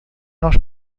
nós